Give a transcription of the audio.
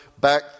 back